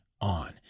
on